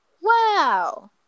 Wow